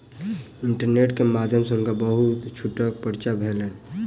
internet के माध्यम सॅ हुनका बहुत छूटक पर्चा भेटलैन